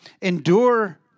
Endure